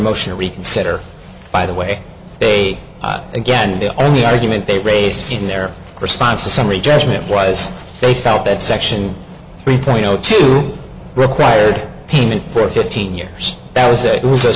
motion reconsider by the way they again the only argument they raised in their response to summary judgment was they felt that section three point zero two required payment for fifteen years that was it was a